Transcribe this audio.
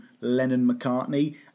Lennon-McCartney